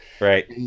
right